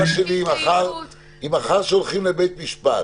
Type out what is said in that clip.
שאלתי: אם מחר הולכים לבית משפט